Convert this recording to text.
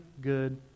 good